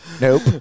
nope